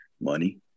Money